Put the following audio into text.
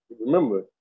Remember